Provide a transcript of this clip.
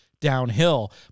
Downhill